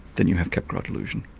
then you have capgras delusion.